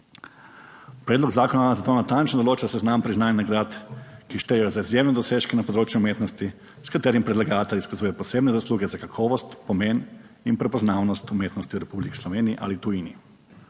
Predlog zakona zato natančno določa seznam priznanj in nagrad, ki štejejo za izjemne dosežke na področju umetnosti, s katerim predlagatelj izkazuje posebne zasluge za kakovost, pomen in prepoznavnost umetnosti v Republiki Sloveniji ali v tujini.